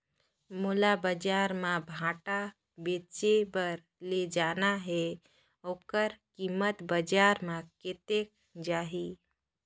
मोला बजार मां भांटा बेचे बार ले जाना हे ओकर कीमत बजार मां कतेक जाही?